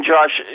Josh